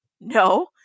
no